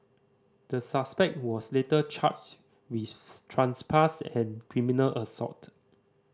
the suspect was later charged with trespass and criminal assault